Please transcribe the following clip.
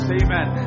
amen